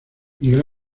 miguel